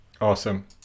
Awesome